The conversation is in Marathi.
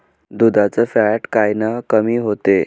दुधाचं फॅट कायनं कमी होते?